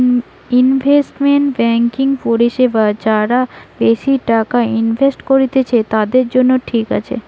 investment banking পরিষেবা যারা বেশি টাকা ইনভেস্ট করত্তিছে, তাদের জন্য ঠিক আছে